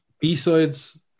B-sides